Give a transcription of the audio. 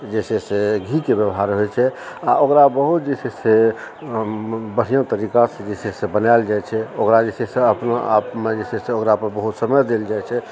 जे छै घी के व्यवहार रहै छै आओर ओकरा बहुत जे छै से बढिआँ तरीका सँ जे छै बनाओल जाइ छै ओकरा जे छै से अपना आपमे जे छै से ओकरापर बहुत समय देल जाइ छै